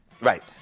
Right